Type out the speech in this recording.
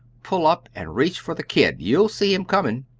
pull up and reach for the kid' you'll see him coming.